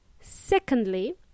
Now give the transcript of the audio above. Secondly